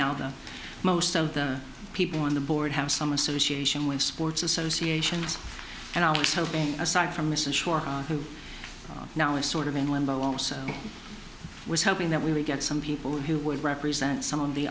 now that most of the people on the board have some association with sports associations and i was hoping aside from this i'm sure now is sort of in limbo also was hoping that we would get some people who would represent some of the